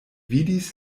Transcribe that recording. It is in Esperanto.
vidis